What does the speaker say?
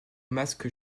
masque